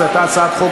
זו הייתה הצעת חוק